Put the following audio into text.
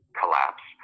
collapse